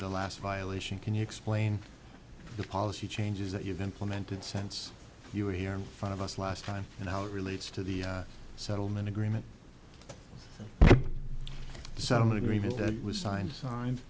the last violation can you explain the policy changes that you've implemented sense you're here in front of us last time and how it relates to the settlement agreement settlement agreement that was signed signed